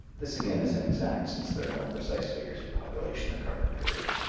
this again is inexact, since there are no precise figures of population that cover the period.